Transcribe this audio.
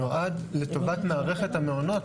הוא נועד לטובת מערכת המעונות,